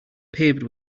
paved